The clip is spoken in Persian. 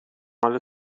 مال